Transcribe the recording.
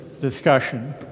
discussion